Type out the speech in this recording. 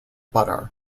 butter